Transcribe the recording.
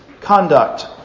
Conduct